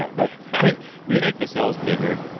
no, but but we'd make the sales bigger.